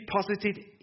deposited